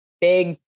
big